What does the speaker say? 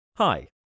Hi